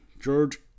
George